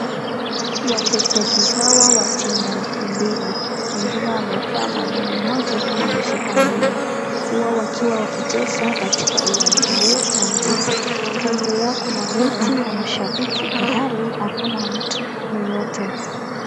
Wachezaji hawa wa timu mbili. Mwingine amevaa mwanaume mmoja kama ameshika mpira. Huu wakiwa wakicheza katika uwanja huo wa mchezo. Kande yako na fiti ya mashabiki hali hakuna mtu yeyote.